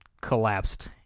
collapsed